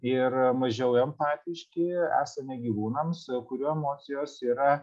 ir mažiau empatiški esame gyvūnams kurių emocijos yra